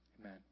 Amen